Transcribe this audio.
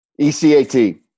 E-C-A-T